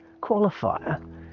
Qualifier